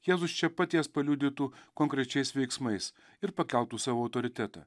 jėzus čia pat jas paliudytų konkrečiais veiksmais ir pakeltų savo autoritetą